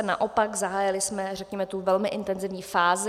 Naopak, zahájili jsme, řekněme, tu velmi intenzivní fázi.